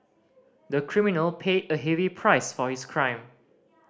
the criminal paid a heavy price for its crime